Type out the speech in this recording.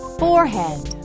forehead